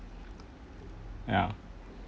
ya